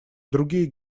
другие